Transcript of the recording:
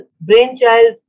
brainchild